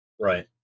Right